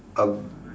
a